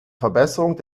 verbesserung